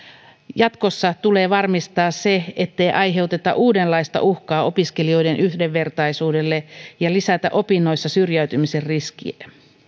jatkossa tulee varmistaa se ettei aiheuteta uudenlaista uhkaa opiskelijoiden yhdenvertaisuudelle ja lisätä opinnoissa syrjäytymisen riskiä